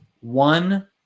One